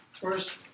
First